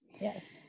Yes